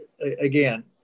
Again